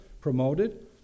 promoted